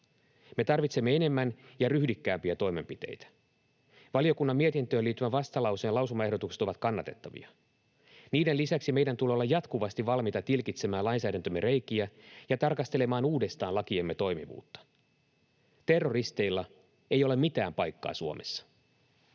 Me tarvitsemme enemmän ja ryhdikkäämpiä toimenpiteitä. Valiokunnan mietintöön liittyvän vastalauseen lausumaehdotukset ovat kannatettavia. Niiden lisäksi meidän tulee olla jatkuvasti valmiita tilkitsemään lainsäädäntömme reikiä ja tarkastelemaan uudestaan lakiemme toimivuutta. Terroristeilla ei ole mitään paikkaa Suomessa.